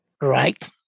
right